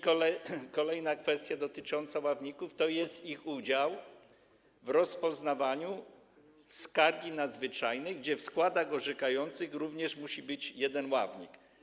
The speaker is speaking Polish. Kolejna kwestia dotycząca ławników to jest ich udział w rozpoznawaniu skargi nadzwyczajnej, kiedy w składach orzekających również musi być jeden ławnik.